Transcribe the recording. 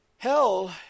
Hell